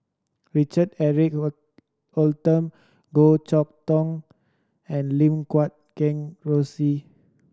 Richard Eric Holttum Goh Chok Tong and Lim Guat Kheng Rosie